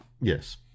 Yes